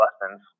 lessons